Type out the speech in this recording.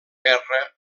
guerra